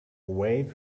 wave